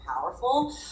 powerful